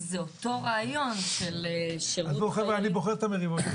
עזבו, חבר'ה, אני בוחר את המריבות שלי.